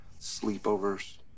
sleepovers